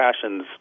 passions